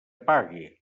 pague